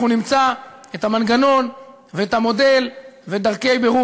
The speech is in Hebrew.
אנחנו נמצא את המנגנון ואת המודל ודרכי בירור